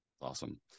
Awesome